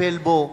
לטפל בו,